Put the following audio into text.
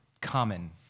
common